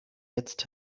jetzt